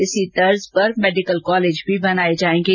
इसी तर्ज पर मेडिकल कॉलेज भी बनाये जायेंगे